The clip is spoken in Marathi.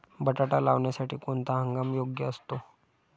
बटाटा लावण्यासाठी कोणता हंगाम योग्य असतो?